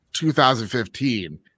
2015